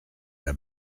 have